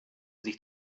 sich